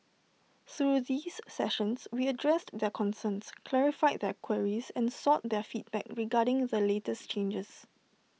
through these sessions we addressed their concerns clarified their queries and sought their feedback regarding the latest changes